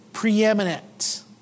preeminent